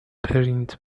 پرینت